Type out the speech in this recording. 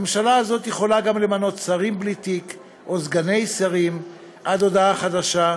הממשלה הזאת יכולה גם למנות שרים בלי תיק או סגני שרים עד להודעה חדשה,